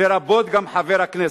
לרבות גם חבר הכנסת.